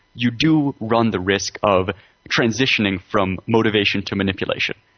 you do run the risk of transitioning from motivation to manipulation.